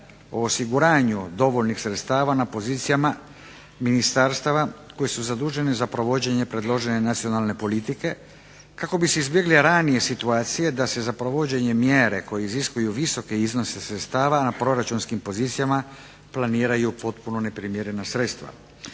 o osiguranju dovoljnih sredstava na pozicijama ministarstava koji su zaduženi za provođenje predložene nacionalne politike kako bi se izbjegle ranije situacije da se za provođenja mjera koje iziskuju visoke iznose sredstava na proračunskim pozicijama planiraju potpuno neprimjerena sredstva.